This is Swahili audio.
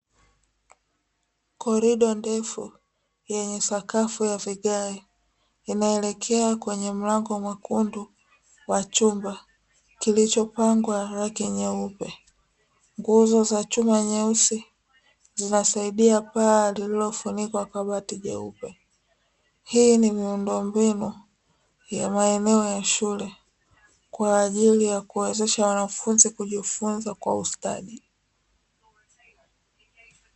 Korido ndefu yenye sakafu ya vigae inaelekea kwenye mlango mwekundu wachumba kilichopakwa rangi nyeupe. Nguzo za chuma nyeusi zinasaidia paa lililofunikwa kwa bati jeupe. Hii ni miundo mbinu ya maeneo ya shule kwa ajili ya kuwawezesha wanafunzi kujifunza kwa ustadi.